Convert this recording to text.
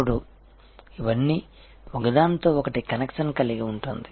ఇప్పుడు ఇవన్నీ ఒకదానితో ఒకటి కనెక్షన్ కలిగి ఉంటుంది